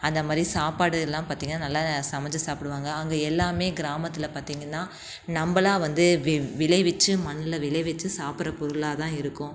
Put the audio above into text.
அந்தமாதிரி சாப்பாடு எல்லாம் பார்த்திங்கன்னா நல்லா சமைத்து சாப்பிடுவாங்க அங்கே எல்லாம் கிராமத்தில் பார்த்திங்கன்னா நம்மளா வந்து வி விளைவித்து மண்ணில் விளைவித்து சாப்பிடுற பொருளாகதான் இருக்கும்